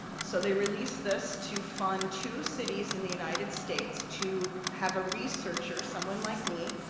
so, they release this to fund two cities in the united states to have a researcher, someone like me,